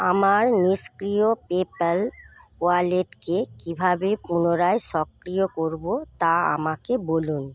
আমার নিষ্ক্রিয় পেপ্যাল ওয়ালেটকে কীভাবে পুনরায় সক্রিয় করব তা আমাকে বলুন